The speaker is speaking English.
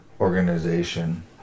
organization